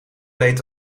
reed